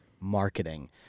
marketing